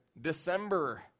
December